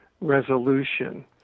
resolution